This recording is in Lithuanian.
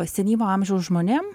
senyvo amžiaus žmonėm